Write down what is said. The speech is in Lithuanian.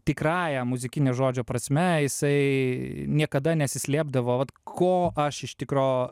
tikrąja muzikine žodžio prasme jisai niekada nesislėpdavo ko aš iš tikro